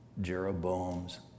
Jeroboam's